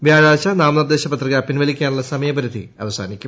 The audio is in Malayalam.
വ്യാഴാഴ്ച നാമനിർദേശ പത്രിക പിൻവലിക്കാനുള്ള സമയപരിധി അവസാനിക്കും